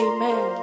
Amen